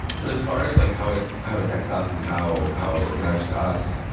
but as far as like how it how it affects us and how how it matters to us,